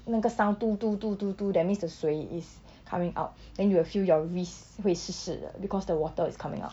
那个 sound 嘟嘟嘟嘟嘟 that means the 水 is coming out then you will feel your wrist 会湿湿的 because the water is coming out